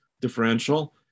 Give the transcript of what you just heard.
differential